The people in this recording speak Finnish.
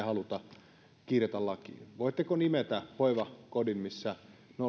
haluta kirjata lakiin voitteko nimetä hoivakodin missä